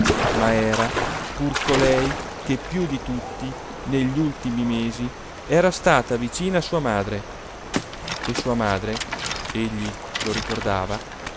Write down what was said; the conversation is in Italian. ma era pur colei che più di tutti negli ultimi mesi era stata vicina a sua madre e sua madre egli lo ricordava